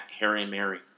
HarryandMary